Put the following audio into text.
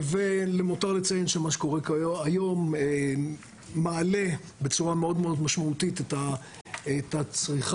ולמותר לציין שמה שקורה היום מעלה בצורה מאוד מאוד משמעותית את הצריכה.